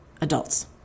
adults